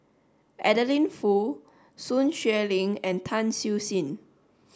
Adeline Foo Sun Xueling and Tan Siew Sin